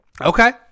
Okay